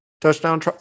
touchdown